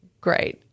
great